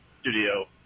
studio